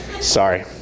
sorry